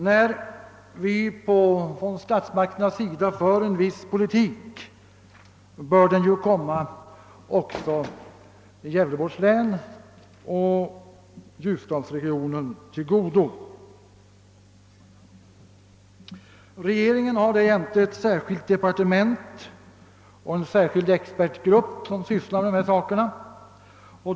När statsmakterna för en viss politik, bör ju denna komma också Gävleborgs län och Ljusdalsregionen till godo. Regeringen har därjämte ett departement och en särskild expertgrupp, som arbetar med dessa frågor.